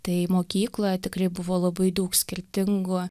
tai mokykloje tikrai buvo labai daug skirtingų